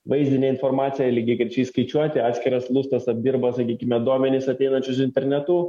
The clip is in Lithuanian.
vaizdinę informaciją lygiagrečiai skaičiuoti atskiras lustas apdirba sakykime duomenis ateinančius internetu